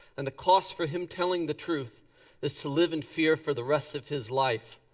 and the cost for him telling the truth is to live in fear for the rest of his life.